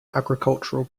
agricultural